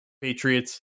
Patriots